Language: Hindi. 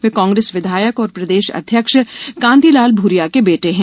वे कांग्रेस विधायक और प्रदेश अध्यक्ष कांतिलाल भूरिया के बेटे हैं